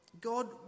God